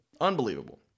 Unbelievable